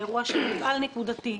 באירוע של מפעל נקודתי.